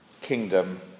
kingdom